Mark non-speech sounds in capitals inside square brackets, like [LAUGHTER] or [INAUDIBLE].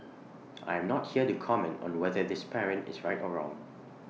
[NOISE] I am not here to comment on whether this parent is right or wrong